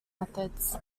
methods